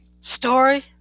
story